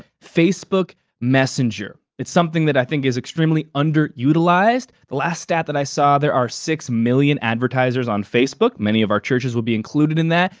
facebook messenger. it's something that i think is extremely underutilized the last stat that i saw there are six million advertisers on facebook. many of our churches will be included in that.